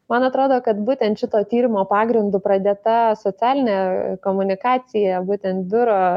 man atrodo kad būtent šito tyrimo pagrindu pradėta socialinė komunikacija būtent biuro